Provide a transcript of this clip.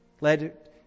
led